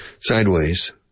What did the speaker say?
Sideways